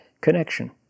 connection